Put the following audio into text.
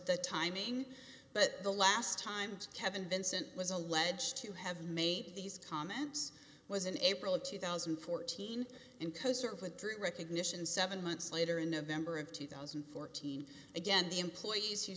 the timing but the last time kevin vincent was alleged to have made these comments was in april of two thousand and fourteen and kosar put through recognition seven months later in november of two thousand and fourteen again the employees who